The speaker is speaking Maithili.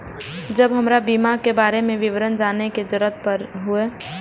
जब हमरा बीमा के बारे में विवरण जाने के जरूरत हुए?